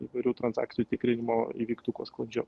įvairių transakcijų tikrinimo įvyktų kuo sklandžiau